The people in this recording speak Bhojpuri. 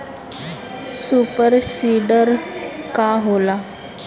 सुपर सीडर का होला?